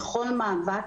בכל מאבק